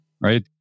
right